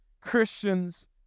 Christians